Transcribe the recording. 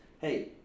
hey